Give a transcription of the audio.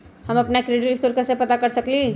हम अपन credit score कैसे पता कर सकेली?